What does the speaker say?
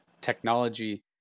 technology